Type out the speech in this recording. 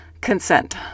consent